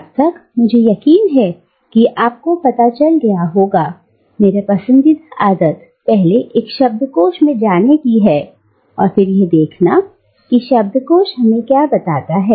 अब तक मुझे यकीन है कि आपको पता चल गया होगा मेरी पसंदीदा आदत पहले एक शब्दकोश में जाने की है और फिर यह देखना के शब्दकोश हमें क्या बताता है